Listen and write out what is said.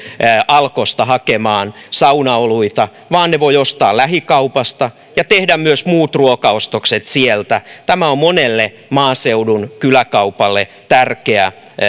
alkosta hakemaan saunaoluita vaan ne voi ostaa lähikaupasta ja tehdä myös muut ruokaostokset sieltä tämä on monelle maaseudun kyläkaupalle tärkeä